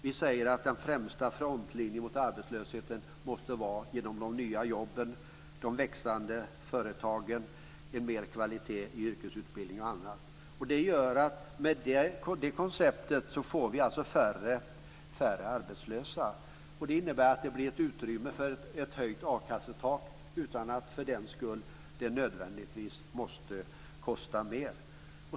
Vi säger att den främsta frontlinjen mot arbetslösheten måste vara inom de nya jobben, de växande företagen, mer kvalitet i yrkesutbildning och annat. Med det konceptet blir det färre arbetslösa. Det innebär att det blir ett utrymme för ett höjt a-kassetak utan att för den skull det nödvändigtvis måste kosta mer.